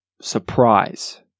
surprise